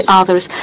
others